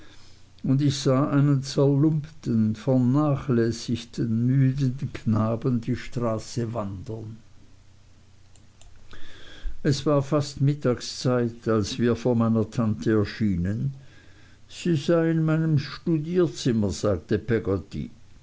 und ich sah einen zerlumpten vernachlässigten müden knaben die straße wandern es war fast mittagszeit als wir vor meiner tante erschienen sie sei in meinem studierzimmer sagte peggotty